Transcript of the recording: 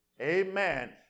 amen